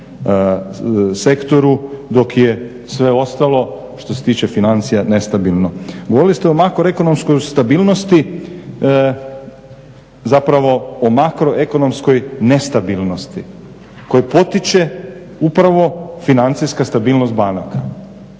sektoru dok je sve ostalo što se tiče financija nestabilno. Govorili ste o makroekonomskoj stabilnosti, zapravo o makroekonomskoj nestabilnosti koju potiče upravo financijska stabilnost banaka.